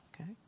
Okay